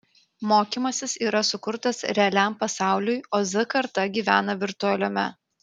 mokymasis yra sukurtas realiam pasauliui o z karta gyvena virtualiame